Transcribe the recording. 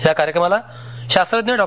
या कार्यक्रमाला शास्त्रज्ञ डॉ